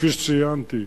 כפי שציינתי,